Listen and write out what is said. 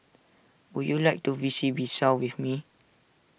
would you like to visit Bissau with me